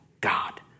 God